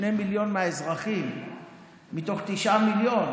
שני מיליון האזרחים מתוך תשעה מיליון,